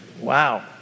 Wow